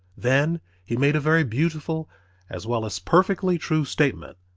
then he made a very beautiful as well as perfectly true statement,